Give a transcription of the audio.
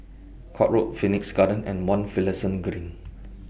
Court Road Phoenix Garden and one Finlayson Green